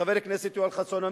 חבר הכנסת יואל חסון,